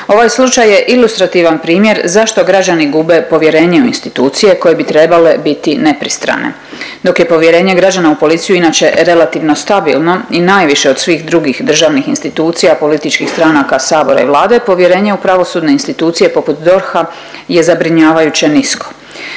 Ovaj slučaj je ilustrativan primjer zašto građani gube povjerenje u institucije koje bi trebale biti nepristrane. Dok je povjerenje građana u policiju inače relativno stabilno i najviše od svih drugih državnih institucija, političkih stranaka, sabora i Vlade, povjerenje u pravosudne institucije poput DORH-a je zabrinjavajuće nisko.